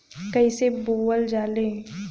कईसे बोवल जाले?